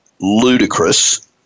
ludicrous